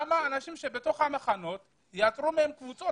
למה אנשים שבתוך המחנות יעקרו מהם קבוצות